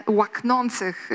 łaknących